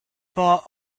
bought